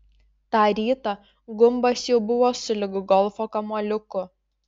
tą rytą gumbas jau buvo sulig golfo kamuoliuku